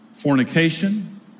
fornication